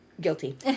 guilty